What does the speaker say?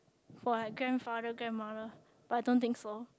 for like grandfather grandmother but I don't think so